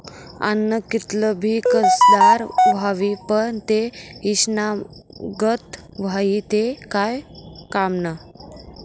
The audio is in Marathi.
आन्न कितलं भी कसदार व्हयी, पन ते ईषना गत व्हयी ते काय कामनं